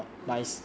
oh is it